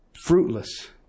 fruitless